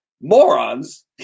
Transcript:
morons